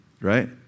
right